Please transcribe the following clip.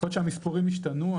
יכול להיות שהמספורים השתנו,